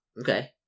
Okay